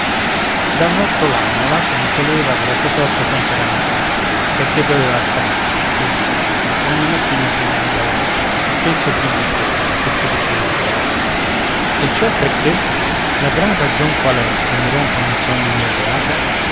padroni d'un ortolano l'asino soleva della sua sorte sempre lamentarsi perché doveva alzarsi egli diceva ogni mattina prima dell'aurora e spesso prima ancora che si risvegli il gallo e ciò perché la gran ragion qual è che mi rompon il sonno mio beato